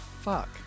fuck